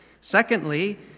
Secondly